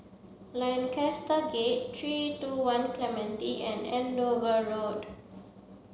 Lancaster Gate three two one Clementi and Andover Road